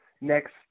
next